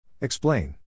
Explain